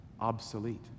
obsolete